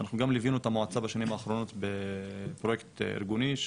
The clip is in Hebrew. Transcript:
שאנחנו גם ליווינו את המועצה בשנים האחרונות בפרויקט אירגוני,